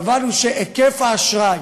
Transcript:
קבענו שהיקף האשראי